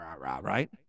right